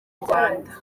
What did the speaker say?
rwanda